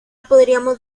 podríamos